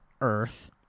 earth-